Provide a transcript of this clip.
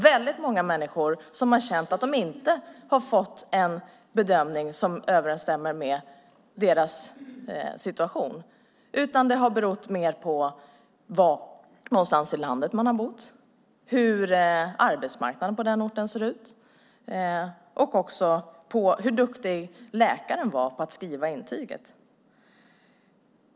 Väldigt många människor har känt att de inte har fått en bedömning som överensstämmer med deras situation, utan det har berott mer på var i landet man har bott, hur arbetsmarknaden på den orten har sett ut och också på hur duktig läkaren har varit på att skriva intyg.